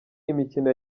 imikino